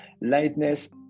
lightness